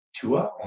Tua